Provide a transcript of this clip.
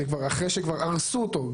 אחרי שכבר הרסו אותו,